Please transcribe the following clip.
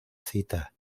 cita